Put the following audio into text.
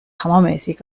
hammermäßig